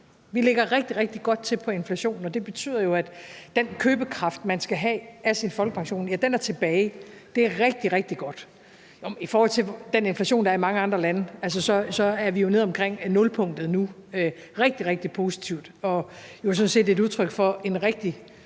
Vi ligger rigtig, rigtig godt til i forhold til inflationen, og det betyder jo, at den købekraft, man skal have fra sin folkepension, er tilbage. Det er rigtig, rigtig godt. I forhold til den inflation, der er i mange andre lande, er vi nede omkring nulpunktet nu. Det er rigtig, rigtig positivt og jo sådan set et udtryk for, at